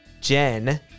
Jen